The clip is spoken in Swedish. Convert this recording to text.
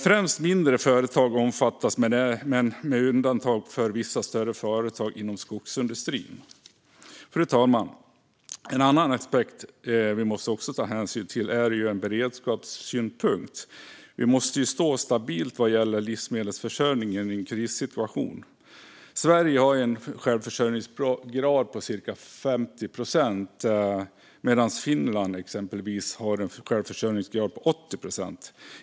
Främst mindre företag omfattas, med undantag för vissa större företag inom skogsindustrin. Fru talman! En annan aspekt vi också måste ta hänsyn till är hur detta ska ses ur beredskapssynpunkt. Vi måste stå stabilt vad gäller livsmedelsförsörjningen i en krissituation. Sverige har en självförsörjningsgrad på cirka 50 procent, medan exempelvis Finland har en självförsörjningsgrad på 80 procent.